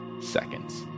seconds